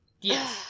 yes